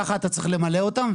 ככה אתה צריך למלא אותם,